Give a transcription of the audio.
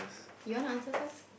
you wanna answer first